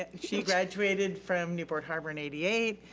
ah she graduated from newport harbor in eighty eight,